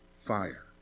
fire